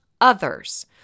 others